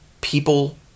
people